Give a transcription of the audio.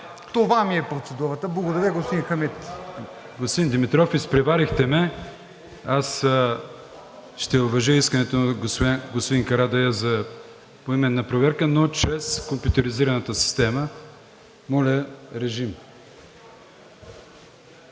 Това ми е процедурата. Благодаря, господин Хамид. ПРЕДСЕДАТЕЛ АТАНАС АТАНАСОВ: Господин Димитров, изпреварихте ме. Аз ще уважа искането на господин Карадайъ за поименна проверка, но чрез компютризираната система. Моля, режим